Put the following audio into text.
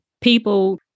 people